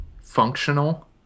functional